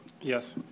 Yes